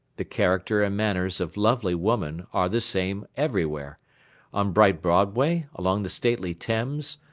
the character and manners of lovely woman are the same everywhere on bright broadway, along the stately thames,